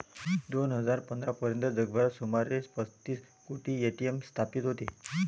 दोन हजार पंधरा पर्यंत जगभरात सुमारे पस्तीस कोटी ए.टी.एम स्थापित होते